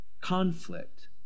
Conflict